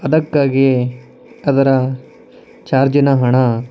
ಅದಕ್ಕಾಗಿಯೇ ಅದರ ಚಾರ್ಜಿನ ಹಣ